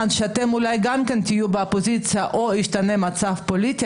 כלשהו כאשר אז תהיו שוב באופוזיציה או ישתנה המצב הפוליטי,